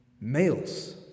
males